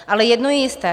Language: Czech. Ale jedno je jisté.